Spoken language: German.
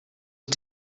ist